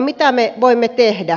mitä me voimme tehdä